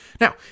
Now